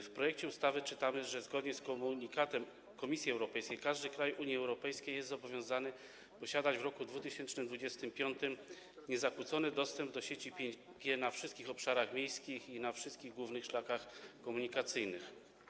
W projekcie ustawy czytamy, że zgodnie z komunikatem Komisji Europejskiej każdy kraj Unii Europejskiej jest zobowiązany posiadać w roku 2025 niezakłócony dostęp do sieci 5G na wszystkich obszarach miejskich i na wszystkich głównych szlakach komunikacyjnych.